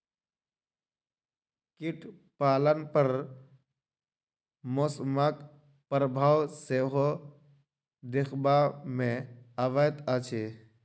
कीट पालन पर मौसमक प्रभाव सेहो देखबा मे अबैत अछि